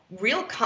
real